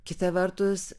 kita vertus